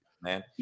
man